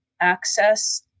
access